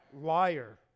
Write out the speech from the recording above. liar